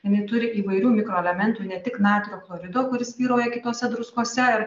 jinai turi įvairių mikroelementų ne tik natrio chlorido kuris vyruoja kitose druskose